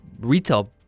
retail